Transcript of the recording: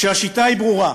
והשיטה היא ברורה: